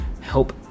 help